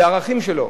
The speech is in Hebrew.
זה הערכים שלו.